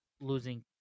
losing